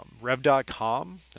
Rev.com